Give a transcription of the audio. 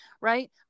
Right